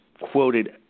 quoted